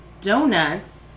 donuts